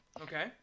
Okay